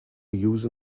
use